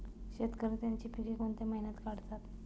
शेतकरी त्यांची पीके कोणत्या महिन्यात काढतात?